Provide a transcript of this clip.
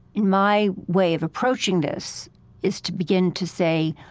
and my way of approaching this is to begin to say,